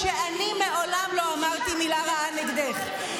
שמעולם לא אמרתי מילה רעה נגדך.